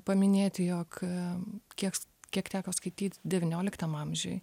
paminėti jog em kieks kiek teko skaityt devynioliktam amžiuj